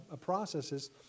processes